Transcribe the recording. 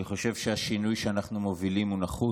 אני חושב שהשינוי שאנחנו מובילים הוא נחוץ.